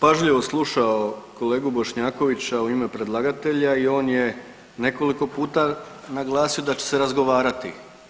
Ja sam pažljivo slušao kolegu Bošnjakovića u ime predlagatelja i on je nekoliko puta naglasio da će se razgovarati.